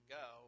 go